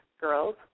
girls